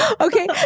okay